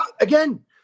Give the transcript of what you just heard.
again